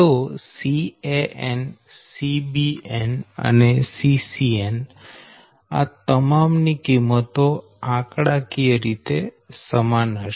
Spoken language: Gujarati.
તો Can Cbn અને Ccn આ તમામ ની કિંમતો આંકડાકીય રીતે સમાન હશે